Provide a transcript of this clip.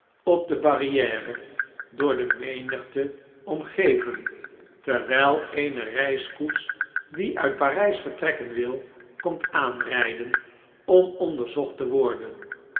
op de barriere door de menigte omgeven terwjjl eene reiskoets die uit p a r ij s vertrekken wil komt aanrjjden om ocderz'ocht te worden